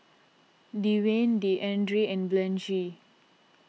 Dewayne Deandre and Blanchie